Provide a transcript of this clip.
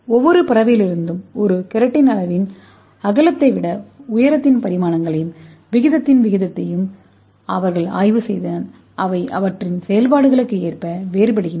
ஒவ்வொரு பறவையிலிருந்தும் ஒரு கெரட்டின் அளவின் அகலத்தை விட உயரத்தின் பரிமாணங்களையும் விகிதத்தின் விகிதத்தையும் அவர்கள் ஆய்வு செய்தனர் அவை அவற்றின் செயல்பாடுகளுக்கு ஏற்ப வேறுபடுகின்றன